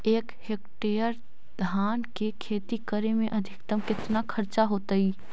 एक हेक्टेयर धान के खेती करे में अधिकतम केतना खर्चा होतइ?